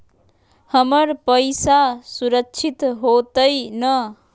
हमर पईसा सुरक्षित होतई न?